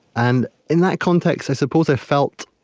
and in that context, i suppose i felt,